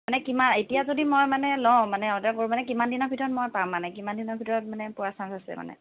মানে কিমান এতিয়া যদি মই মানে লওঁ মানে অৰ্ডাৰ কৰোঁ মানে কিমান দিনৰ ভিতৰত মই পাম মানে কিমান দিনৰ ভিতৰত মানে পোৱাৰ চান্স আছে মানে